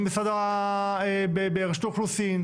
היינו ברשות האוכלוסין.